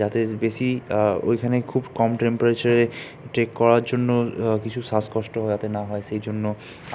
যাতে বেশি ওইখানে খুব কম টেম্পারেচারে ট্রেক করার জন্য কিছু শ্বাসকষ্ট যাতে না হয় সেই জন্য